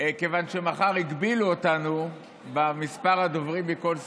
כיוון שמחר הגבילו אותנו במספר הדוברים מכל סיעה,